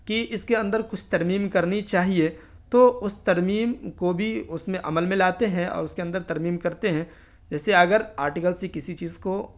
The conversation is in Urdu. کہ اس کے اندر کچھ ترمیم کرنی چاہیے تو اس ترمیم کو بھی اس میں عمل میں لاتے ہیں اور اس کے اندر ترمیم کرتے ہیں جیسے اگر آرٹیکل سے کسی چیز کو